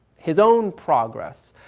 his own progress.